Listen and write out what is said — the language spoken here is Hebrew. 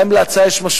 גם אם להצעה יש משמעויות,